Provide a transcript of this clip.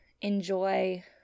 enjoy